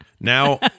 Now